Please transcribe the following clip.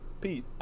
Pete